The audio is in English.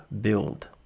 build